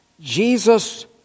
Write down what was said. Jesus